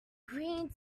green